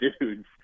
dudes